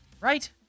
right